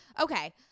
Okay